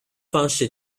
方式